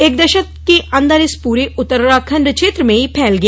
एक दशक के अन्दर यह पूरे उत्तराखण्ड क्षेत्र में फैल गया